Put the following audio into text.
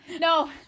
No